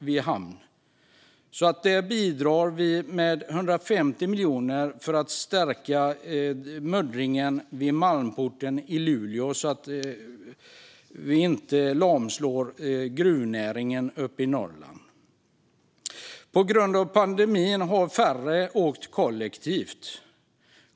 Vi bidrar med 150 miljoner för att stärka muddringen vid Malmporten i Luleå så att vi inte lamslår gruvnäringen uppe i Norrland. På grund av pandemin har färre åkt kollektivt.